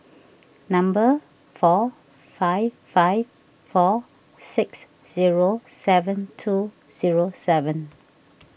number four five five four six zero seven two zero seven